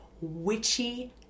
witchy